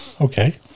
Okay